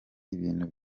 ibintu